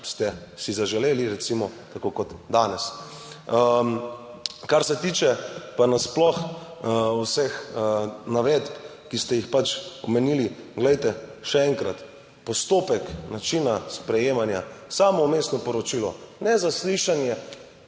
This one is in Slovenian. pač ste si zaželeli, recimo tako kot danes. Kar se tiče pa nasploh vseh navedb, ki ste jih pač omenili. Glejte še enkrat, postopek načina sprejemanja, samo vmesno poročilo, nezaslišanje